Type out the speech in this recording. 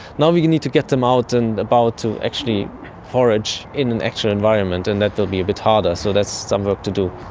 now we need to get them out and about to actually forage in an actual environment, and that will be a bit harder, so that's some work to do.